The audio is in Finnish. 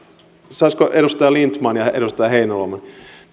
saisinko puhua edustaja lindtman ja edustaja heinäluoma